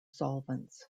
solvents